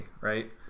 right